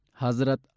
Hazrat